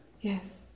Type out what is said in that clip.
Yes